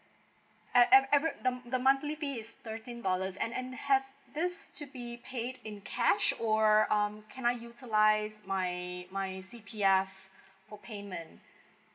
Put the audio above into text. e~ every the the monthly fee is thirteen dollars and and has this to be paid in cash or um can I utilise my my C P F for payment